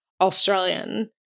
Australian